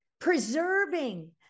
preserving